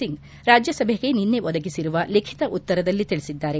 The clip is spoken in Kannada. ಸಿಂಗ್ ರಾಜ್ಯಸಭೆಗೆ ನಿನ್ನೆ ಒದಗಿಸಿರುವ ಲಿಖಿತ ಉತ್ತರದಲ್ಲಿ ತಿಳಿಸಿದ್ದಾರೆ